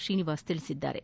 ಶ್ರೀನಿವಾಸ್ ಹೇಳಿದ್ದಾರೆ